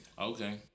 Okay